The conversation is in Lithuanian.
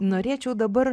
norėčiau dabar